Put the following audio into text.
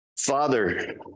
Father